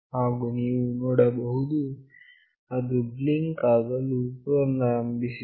ಹಾಗು ನೀವು ನೋಡಬಹುದು ಅದು ಬ್ಲಿಂಕ್ ಆಗಲು ಪುನರಾರಂಭಿಸಿದೆ